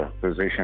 position